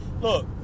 Look